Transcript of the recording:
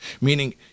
Meaning